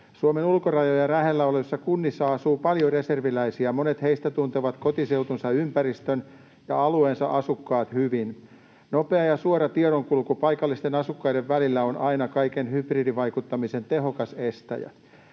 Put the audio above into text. Suomen ulkorajojen lähellä olevissa kunnissa asuu paljon reserviläisiä, monet heistä tuntevat kotiseutunsa ympäristön ja alueensa asukkaat hyvin. Nopea ja suora tiedonkulku paikallisten asukkaiden välillä on aina kaiken hybridivaikuttamisen tehokas estäjä.